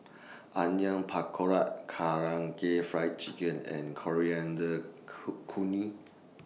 Onion Pakora Karaage Fried Chicken and Coriander Co Chutney